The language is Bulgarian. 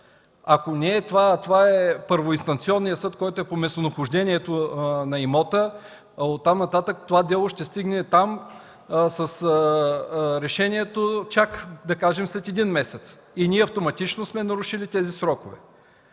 ако не е, това е първоинстанционният съд, който е по местонахождението на имота, а от там нататък делото ще стигне там с решението чак след един месец и ние автоматично сме нарушили тези срокове.